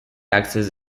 access